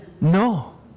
no